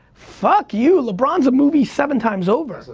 fuck you, lebron's a movie seven times over.